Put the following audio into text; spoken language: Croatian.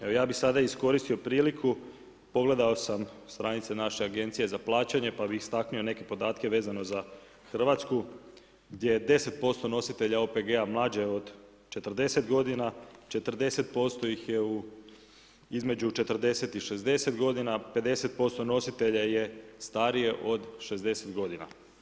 Evo, ja bih sada iskoristio priliku, pogledao sam stranice naše Agencije za plaćanje, pa bih istaknuo neke podatke vezano za RH, gdje je 10% nositelja OPG-a mlađe od 40 godina, 40% ih je između 40 i 60 godina, 50% nositelja je starije od 60 godina.